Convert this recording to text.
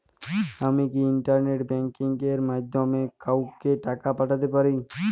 আমি কি internet banking এর মাধ্যমে কাওকে টাকা পাঠাতে পারি?